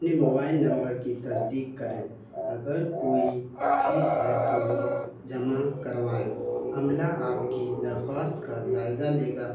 اپنے mobile number کی تصدیق کریں اگر کوئی فیس ہے تو وہ جمع کروائیں عملہ آپ کی درخواست کا جائزہ لے گا